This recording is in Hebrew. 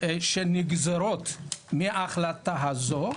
שנגזרות מההחלטה הזו,